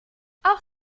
auch